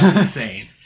insane